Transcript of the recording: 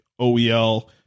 OEL